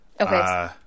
Okay